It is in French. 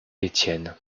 étienne